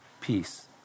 peace